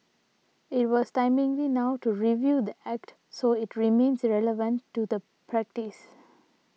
it was timely now to review the Act so it remains relevant to the practice